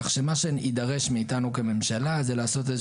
כך שמה שיידרש מאיתנו כממשלה זה לעשות איזה